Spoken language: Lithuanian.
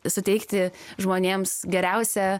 suteikti žmonėms geriausią